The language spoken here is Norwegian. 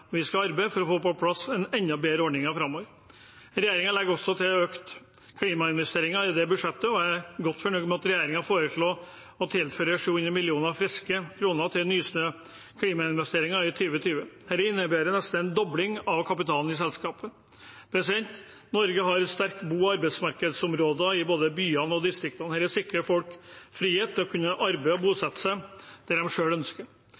Vi skal arbeide for å få på plass enda bedre ordninger framover. Regjeringen legger også til økte klimainvesteringer i dette budsjettet, og jeg er godt fornøyd med at den foreslår å tilføre 700 mill. friske kroner til Nysnø – klimainvesteringer i 2020. Dette innebærer nesten en dobling av kapitalen i selskapet. Norge har sterke bo- og arbeidsmarkedsområder i både byene og distriktene. Dette sikrer folk frihet til å kunne arbeide og bosette seg der de selv ønsker.